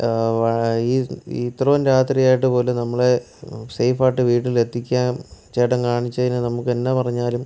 ഇത്രയും രാത്രി ആയിട്ട് പോലും നമ്മളെ സേഫ് ആയിട്ട് വീട്ടിൽ എത്തിക്കാൻ ചേട്ടൻ കാണിച്ചതിന് നമുക്കെന്നാ പറഞ്ഞാലും